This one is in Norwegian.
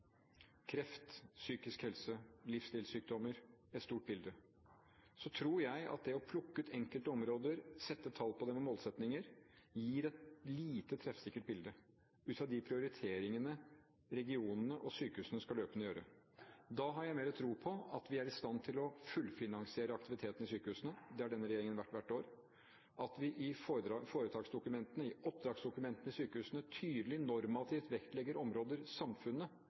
kreft, psykisk helse, livsstilssykdommer, det er et stort bilde – tror jeg at det å plukke ut enkelte områder, sette tall på det med målsettinger, gir et lite treffsikkert bilde ut fra de prioriteringene regionene og sykehusene løpende skal gjøre. Da har jeg mer tro på at vi er i stand til å fullfinansiere aktiviteten i sykehusene – det har denne regjeringen gjort hvert år – at vi i foretaksdokumentene, i oppdragsdokumentene til sykehusene, tydelig normativt vektlegger områder samfunnet